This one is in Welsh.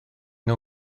nhw